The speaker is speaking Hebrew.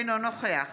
אינו נוכח